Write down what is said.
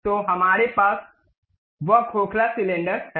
तो हमारे पास वह खोखला सिलेंडर है